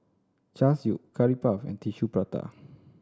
Char Siu Curry Puff and Tissue Prata